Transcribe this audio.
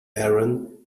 aaron